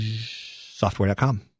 software.com